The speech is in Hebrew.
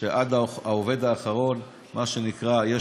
הוא דיבר אתי הרבה פעמים על ההצעה הזאת כדי שנוכל לקדם אותה.